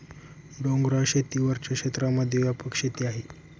डोंगराळ शेती वरच्या क्षेत्रांमध्ये व्यापक शेती आहे